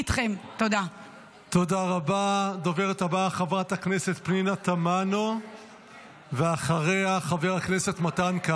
הוא שחרר הרבה חיילים, אבל עכשיו הוא צריך אתכם.